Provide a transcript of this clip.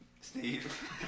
Steve